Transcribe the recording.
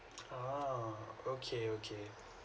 a'ah okay okay